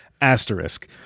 asterisk